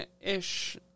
ish